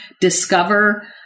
discover